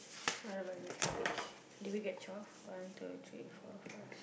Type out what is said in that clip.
what about the next page do we get twelve one two three four five six